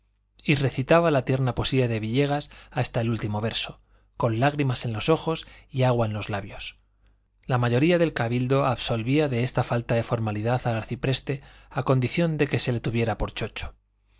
y recitaba la tierna poesía de villegas hasta el último verso con lágrimas en los ojos y agua en los labios la mayoría del cabildo absolvía de esa falta de formalidad al arcipreste a condición de que se le tuviera por chocho